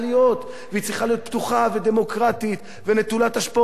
והיא צריכה להיות פתוחה ודמוקרטית ונטולת השפעות פוליטיות,